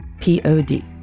P-O-D